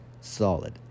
Solid